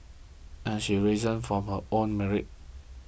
and she's risen from her own merit